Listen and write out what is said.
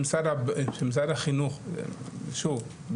שמשרד החינוך שוב,